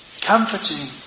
comforting